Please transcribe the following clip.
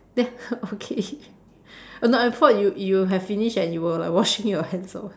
ya okay no I thought you you have finished and you were like washing your hands or what